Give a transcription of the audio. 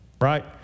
right